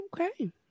Okay